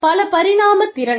பல பரிமாண திறன்